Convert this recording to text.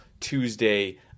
tuesday